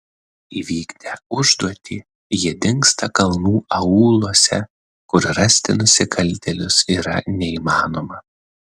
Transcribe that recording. įvykdę užduotį jie dingsta kalnų aūluose kur rasti nusikaltėlius yra neįmanoma